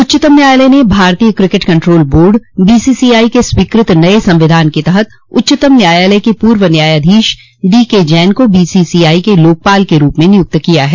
उच्चतम न्यायालय ने भारतीय क्रिकेट कंट्रोल बोर्ड बीसीसीआई के स्वीकृत नये संविधान के तहत उच्चतम न्यायालय के पूर्व न्यायाधीश डीके जैन को बीसीसीआई के लोकपाल के रूप में नियुक्त किया है